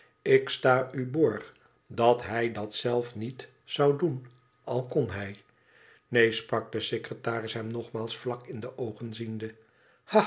ik sta u borg dat hij dat zelf niet zou doen al kon hij neen sprak de secretaris hem nogmaals vlak in de oogen ziende